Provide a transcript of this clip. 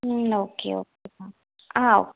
ம் ஓகே ஒகேம்மா ஆ ஓகே